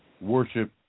worship